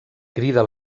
crida